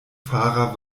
fahrer